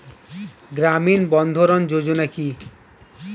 গ্রামীণ বন্ধরন যোজনা কি?